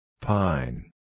Pine